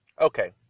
Okay